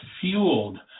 fueled